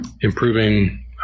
improving